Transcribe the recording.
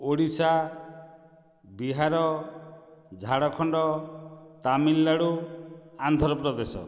Odisha Bihar Jharkhand Tamil Nadu Andhra Pradesh